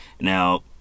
Now